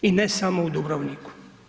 I ne samo u Dubrovniku.